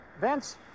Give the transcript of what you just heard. Vince